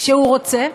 כשהוא רוצה.